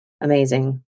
Amazing